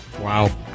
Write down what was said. Wow